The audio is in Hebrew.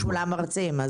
שמעתי שכולם מרצים.